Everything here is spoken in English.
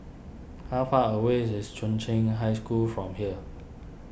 how far away is Chung Cheng High School from here